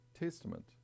Testament